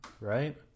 right